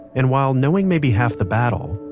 and while knowing may be half the battle,